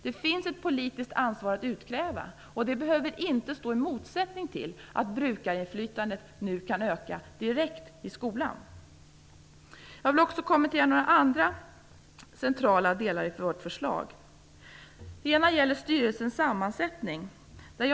Det finns ett politiskt ansvar att utkräva, och detta behöver inte stå i motsättning till att brukarinflytandet nu kan öka direkt i skolan. Jag vill också kommentera några andra centrala delar i vårt förslag. En sådan del gäller styrelsens sammansättning.